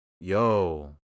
yo